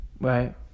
Right